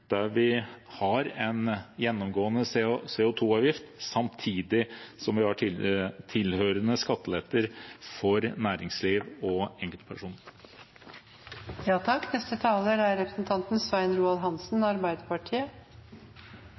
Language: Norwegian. der vi har en gjennomgående CO 2 -avgift, samtidig som vi har tilhørende skatteletter for næringsliv og enkeltpersoner. Poenget med dette forslaget er